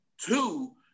Two